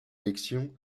élection